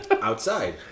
outside